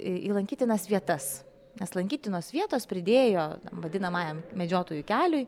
į lankytinas vietas nes lankytinos vietos pridėjo vadinamajam medžiotojų keliui